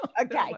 okay